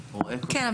אני רואה --- כן,